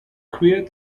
quer